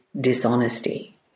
dishonesty